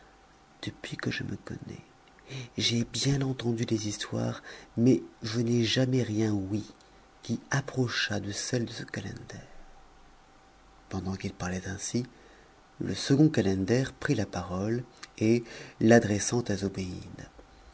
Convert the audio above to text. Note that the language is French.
depuis que je me connais j'ai bien entendu des histoires mais je n'ai jamais rien ouï qui approchât de celle de ce calender pendant qu'il parlait ainsi le second calender prit la parole et l'adressant à zobéide